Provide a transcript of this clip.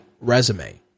resume